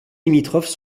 limitrophes